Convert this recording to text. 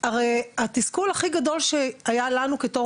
הרי התסכול הכי גדול שהיה לנו בתור